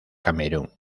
camerún